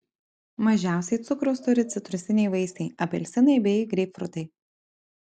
mažiausiai cukraus turi citrusiniai vaisiai apelsinai bei greipfrutai